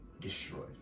Destroyed